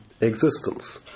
existence